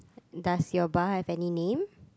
does your bar have any name